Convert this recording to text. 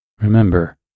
Remember